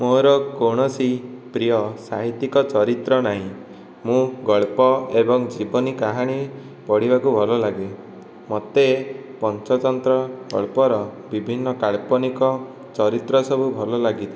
ମୋର କୌଣସି ପ୍ରିୟ ସାହିତ୍ୟିକ ଚରିତ୍ର ନାହିଁ ମୁଁ ଗଳ୍ପ ଏବଂ ଜୀବନୀ କାହାଣୀ ପଢ଼ିବାକୁ ଭଲ ଲାଗେ ମୋତେ ପଞ୍ଚତନ୍ତ୍ର ଗଳ୍ପର ବିଭିନ୍ନ କାଳ୍ପନିକ ଚରିତ୍ର ସବୁ ଭଲ ଲାଗେ